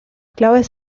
claves